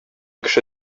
кеше